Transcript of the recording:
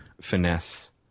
finesse